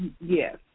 Yes